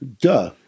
duh